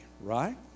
right